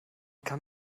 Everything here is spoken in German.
kann